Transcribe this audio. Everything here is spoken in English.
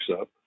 up